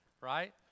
right